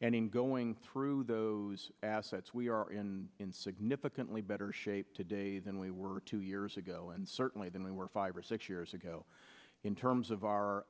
and then going through those assets we are in in significantly better shape today than we were two years ago and certainly than we were five or six years ago in terms of our